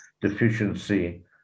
deficiency